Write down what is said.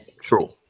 true